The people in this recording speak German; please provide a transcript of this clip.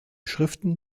schriften